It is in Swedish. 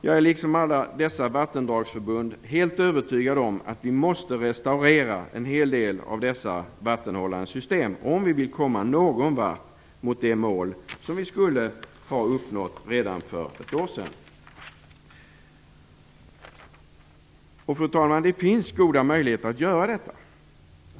Jag är, liksom alla dessa vattendragsförbund, helt övertygad om att vi måste restaurera en hel del av dessa vattenhållande system, om vi vill komma någon vart mot det mål som vi skulle ha uppnått redan för ett år sedan. Fru talman! Det finns goda möjligheter att göra detta.